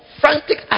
frantic